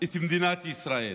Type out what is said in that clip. את מדינת ישראל